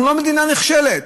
אנחנו לא מדינה נחשלת,